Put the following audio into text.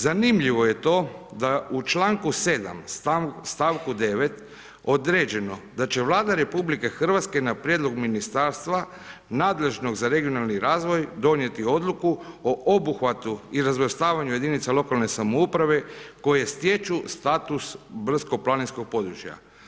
Zanimljivo je to da u članku 7. stavku 9. određeno da će Vlada RH na prijedlog ministarstva nadležnog za regionalni razvoj donijeti odluku o obuhvatu i razvrstavanju jedinica lokalne samouprave koje stječu status brdsko-planinskog područja.